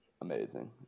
amazing